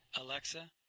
Alexa